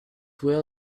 well